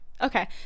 Okay